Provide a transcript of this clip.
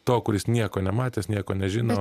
to kuris nieko nematęs nieko nežino